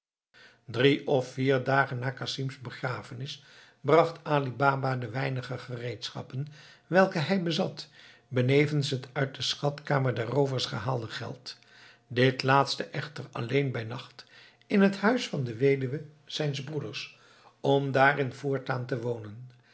drie of vier dagen na casim's begrafenis bracht ali baba de weinige gereedschappen welke hij bezat benevens het uit de schatkamer der roovers gehaalde geld dit laatste echter alleen bij nacht in het huis van de weduwe zijns broeders om daarin voortaan te wonen